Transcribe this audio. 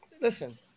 listen